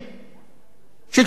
של שודדי קרקעות?